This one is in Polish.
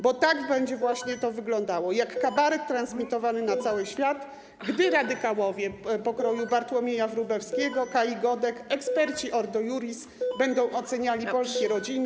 Bo tak właśnie będzie to wyglądało: jak kabaret transmitowany na cały świat, gdy radykałowie pokroju Bartłomieja Wróblewskiego, Kai Godek i eksperci Ordo Iuris będą oceniali polskie rodziny.